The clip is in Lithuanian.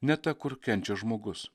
ne ta kur kenčia žmogus